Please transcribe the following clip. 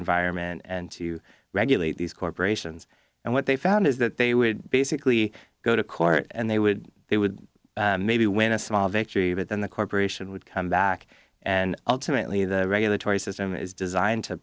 environment and to regulate these corporations and what they found is that they would basically go to court and they would they would maybe win a small victory but then the corporation would come back and ultimately the regulatory system is designed to